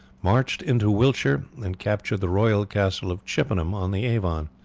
marched into wiltshire and captured the royal castle of chippenham on the avon.